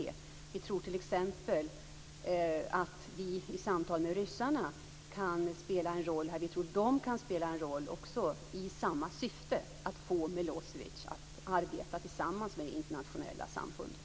Vi tror t.ex. att vi i samtal med ryssarna kan spela en roll, och vi tror att de kan spela en roll i samma syfte: att få Milosevic att arbeta tillsammans med det internationella samfundet.